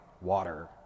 water